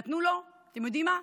נתנו לו, אתם יודעים מה?